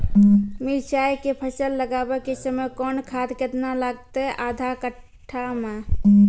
मिरचाय के फसल लगाबै के समय कौन खाद केतना लागतै आधा कट्ठा मे?